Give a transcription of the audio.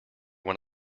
when